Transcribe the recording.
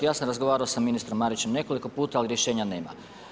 Ja sam razgovarao sa ministrom Marićem nekoliko puta, ali rješenja nema.